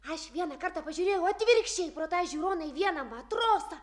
aš vieną kartą pažiūrėjau atvirkščiai pro tą žiūroną į vieną matrosą